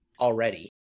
already